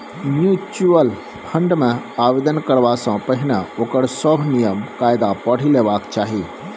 mutual fund मे आवेदन करबा सँ पहिने ओकर सभ नियम कायदा पढ़ि लेबाक चाही